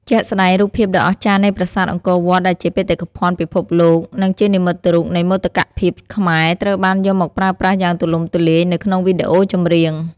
ជាក់ស្តែង រូបភាពដ៏អស្ចារ្យនៃប្រាសាទអង្គរវត្ត ដែលជាបេតិកភណ្ឌពិភពលោក និងជានិមិត្តរូបនៃមោទកភាពខ្មែរ ត្រូវបានយកមកប្រើប្រាស់យ៉ាងទូលំទូលាយនៅក្នុងវីដេអូចម្រៀង។